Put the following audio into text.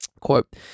quote